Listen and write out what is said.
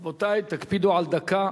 רבותי, תקפידו על דקה.